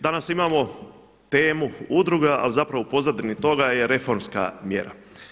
Danas imamo temu udruga ali zapravo u pozadini toga je reformska mjera.